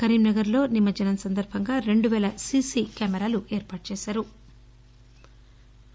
కరీంనగర్లో నిమజ్షనం సందర్బంగా రెండు వేల సిసి కెమెరాలు ఏర్పాటు చేశారు